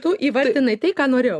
tu įvardinai tai ką norėjau